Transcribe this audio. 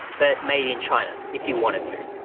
but made in china if you wanted to,